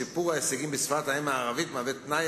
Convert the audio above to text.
שיפור ההישגים בשפת האם הערבית הוא תנאי